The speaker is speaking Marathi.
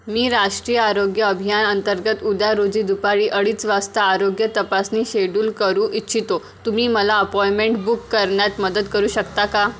मी राष्ट्रीय आरोग्य अभियान अंतर्गत उद्या रोजी दुपारी अडीच वाजता आरोग्य तपासनी शेड्यूल करू इच्छितो तुम्ही मला अपॉइमेंट बुक करण्यात मदत करू शकता का